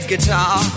guitar